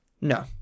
no